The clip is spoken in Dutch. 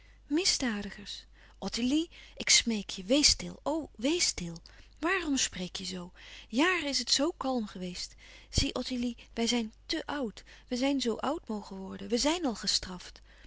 misdadigers ottilie ik smeek je wees stil o wees stil waarom spreek je zoo jaren is het zoo kalm geweest zie ottilie wij zijn te oud wij zijn zoo oud mogen worden wij zijn al gestraft